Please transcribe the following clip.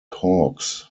hawkes